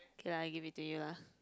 okay lah I give it to you lah